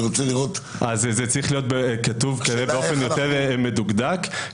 זה צריך להיות כתוב באופן יותר מדוקדק.